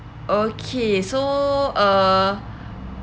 okay so uh